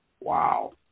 Wow